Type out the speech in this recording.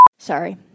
Sorry